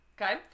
Okay